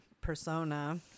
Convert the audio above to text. persona